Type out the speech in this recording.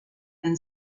and